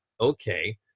okay